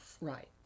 Right